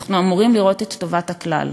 אנחנו אמורים לראות את טובת הכלל.